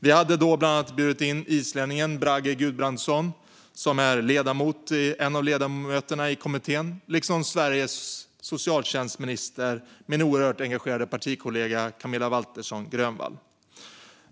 Vi hade bland annat bjudit in islänningen Bragi Guðbrandsson, som är en av ledamöterna i kommittén, liksom Sveriges socialtjänstminister, min oerhört engagerade partikollega Camilla Waltersson Grönvall.